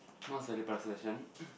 what's the